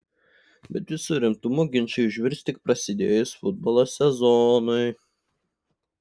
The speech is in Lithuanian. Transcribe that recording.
bet visu rimtumu ginčai užvirs tik prasidėjus futbolo sezonui